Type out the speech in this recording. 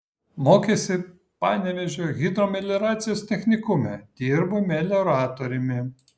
mokėsi panevėžio hidromelioracijos technikume dirbo melioratoriumi